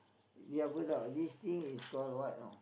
ini apa tau this thing is called what you know